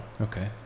Okay